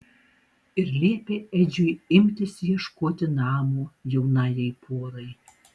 ir liepė edžiui imtis ieškoti namo jaunajai porai